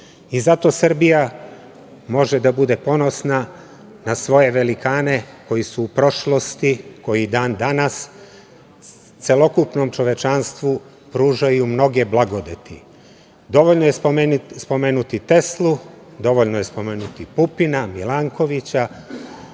Srbija može da bude ponosna na svoje velikane koji su u prošlosti, koji i dan danas, celokupnom čovečanstvu pružaju mnoge blagodeti. Dovoljno je spomenuti Teslu, dovoljno je spomenuti Pupina, Milankovića